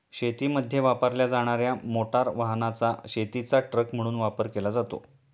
शेतीमध्ये वापरल्या जाणार्या मोटार वाहनाचा शेतीचा ट्रक म्हणून वापर केला जातो